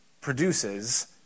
produces